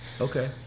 Okay